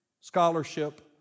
scholarship